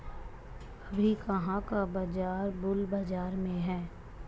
अभी कहाँ का बाजार बुल बाजार में है?